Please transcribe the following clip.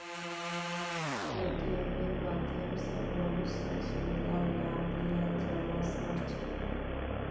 पेटीएमेर माध्यम स बहुत स सुविधार लाभ लियाल जाबा सख छ